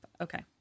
Okay